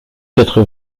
quatre